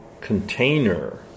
container